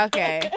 Okay